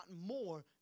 more